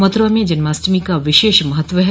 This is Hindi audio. मथुरा में जन्माष्टमी का विशेष महत्व है